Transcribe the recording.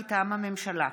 מטעם הממשלה: